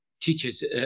teachers